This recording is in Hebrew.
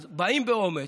אז באים באומץ.